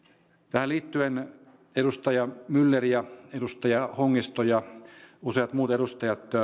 tähän liittyen edustaja myller ja edustaja hongisto ja useat muut edustajat